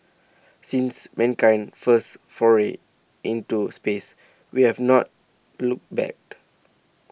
since mankind's first foray into space we have not looked back